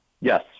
Yes